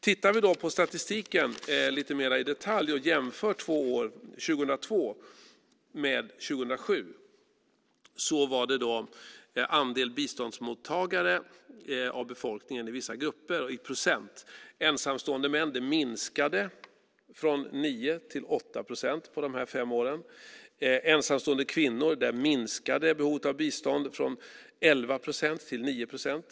Vi kan titta på statistiken lite mer i detalj och jämföra 2002 med 2007 när det gäller andelen biståndsmottagare av befolkningen i vissa grupper i procent. Siffran för ensamstående män minskade från 9 till 8 procent på de här fem åren. För ensamstående kvinnor minskade behovet av bistånd från 11 procent till 9 procent.